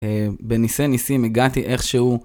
בניסי ניסים הגעתי איכשהו.